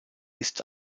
ist